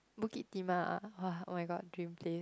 Bukit-Timah ah !wah! oh my god dream place